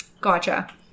Gotcha